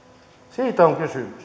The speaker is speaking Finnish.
siitä on